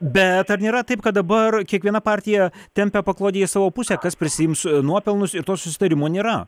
bet ar nėra taip kad dabar kiekviena partija tempia paklodę į savo pusę kas prisiims nuopelnus ir to susitarimo nėra